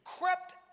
crept